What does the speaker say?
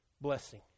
Blessing